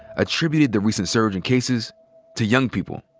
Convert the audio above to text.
attributed the recent surge in cases to young people.